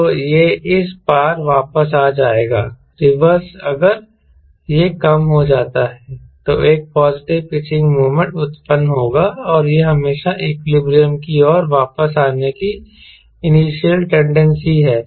तो यह इस पर वापस आ जाएगा रिवर्स अगर यह कम हो जाता है तो एक पॉजिटिव पिचिंग मोमेंट उत्पन्न होगा और यह हमेशा इक्विलिब्रियम की ओर वापस आने की इनिशियल टेंडेंसी है